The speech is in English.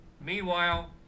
Meanwhile